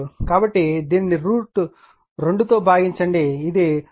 కాబట్టి దీనిని √2 తో భాగించండి ఇది 2fN ∅max 2